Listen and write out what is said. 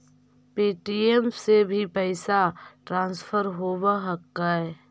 Paytm से भी पैसा ट्रांसफर होवहकै?